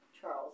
Charles